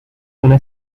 دونه